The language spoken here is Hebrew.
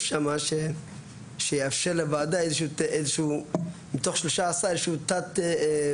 שיאפשר לוועדה מתוך 13 איזושהי תת-ועדה.